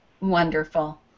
Wonderful